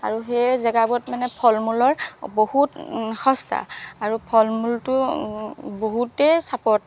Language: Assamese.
আৰু সেই জেগাবোৰত মানে ফল মূলৰ বহুত সস্তা আৰু ফল মূলটো বহুতেই চাপৰত